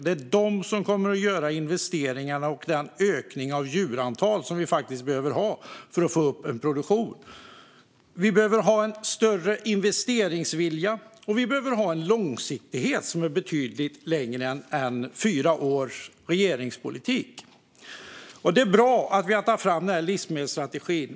Det är de som kommer att göra investeringarna och stå för den ökning av djurantal som vi behöver för att få upp produktionen. Vi behöver större investeringsvilja och en långsiktighet som är betydligt längre än fyra års regeringspolitik. Det är bra att vi har tagit fram livsmedelsstrategin.